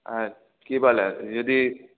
আর কি বলে যদি